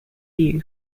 view